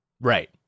Right